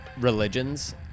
religions